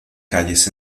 calles